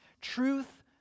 truth